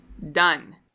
done